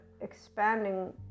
expanding